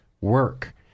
work